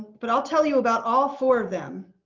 but i'll tell you about all four them.